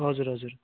हजुर हजुर